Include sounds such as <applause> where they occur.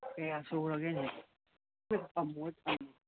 ꯀꯌꯥ ꯁꯨꯈ꯭ꯔꯒꯦꯅꯦꯍꯦ <unintelligible>